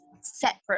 separate